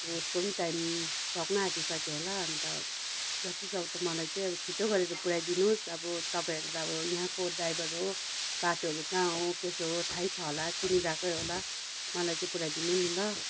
उसको पनि टाइम सक्न आँटिसक्यो होला अन्त जति सक्दो मलाई चाहिँ अब छिटो गरेर पुर्याइदिनु होस् अब तपाईँहरू त अब यहाँको ड्राइभर हो बाटोहरू कहाँ हो कसो हो थाहै छ होला चिनिरहेकै होला मलाई पुर्याइदिनु नि ल